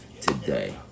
today